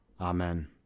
Amen